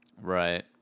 Right